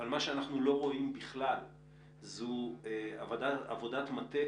אבל מה שאנחנו לא רואים בכלל זו עבודת מטה,